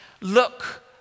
look